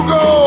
go